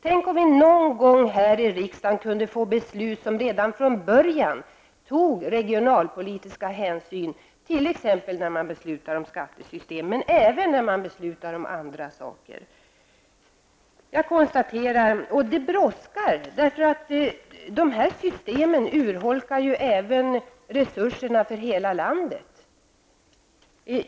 Tänk om det här i riksdagen någon gång kunde fattas beslut som redan från början innebär att regionalpolitiska hänsyn tas, t.ex. när beslut om skattesystem fattas, men även när andra beslut fattas. Detta brådskar, eftersom detta system urholkar resurserna för hela landet.